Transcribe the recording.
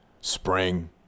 Spring